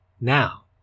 Now